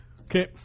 Okay